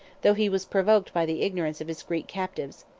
though he was provoked by the ignorance of his greek captives.